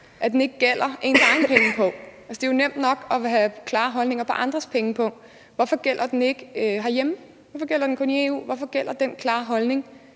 tilgang, ikke gælder ens egen pengepung. Det er jo nemt nok at have klare holdninger i forhold til andres pengepung. Hvorfor gælder den ikke herhjemme? Hvorfor gælder den kun i EU? Hvorfor gælder den klare holdning